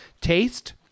taste